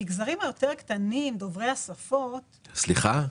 המגזרים הקטנים יותר דוברי השפות -- סליחה?